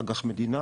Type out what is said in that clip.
על אג"ח מדינה,